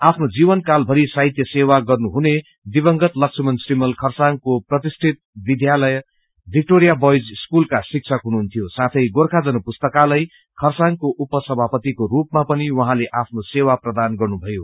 आफ्नो जीवनकालभरि साहित्य सेवा गर्नुहुने दिवंगत लक्ष्मण श्रीमल खरसाङको प्रतिष्ठित विध्यालय मिक्टोरिया बोईज स्कूलका शिक्षक हुनुहुन्थ्यो साथै गोर्खा जनपुस्तकालय खरसाङको उप सभापतिको रूपमा पनि उहाँले आफ्नो सेवा प्रदान गर्नुभयो